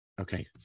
Okay